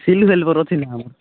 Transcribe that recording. ସିଲୁ ହେଲ୍ପର୍ର ଚିହ୍ନା ଆମେ